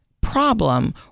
problem